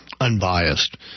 unbiased